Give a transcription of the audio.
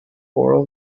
oral